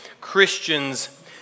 Christians